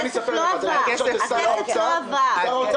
אבל הכסף לא עבר.